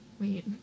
wait